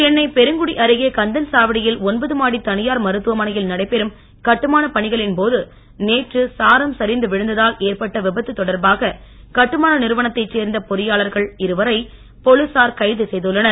சென்னை பெருங்குடி அருகே கந்தன்சாவடியில் மாடி தனியார் மருத்துவமனையில் நடைபெறும் கட்டுமானப் பணிகளின் போது நேற்று சாரம் சரிந்து விழுந்ததால் ஏற்பட்ட விபத்து தொடர்பாக கட்டுமான நிறுவனத்தை சேர்ந்த பொறியாளர்கள் இருவரை போலீசார் கைது செய்துள்ளனர்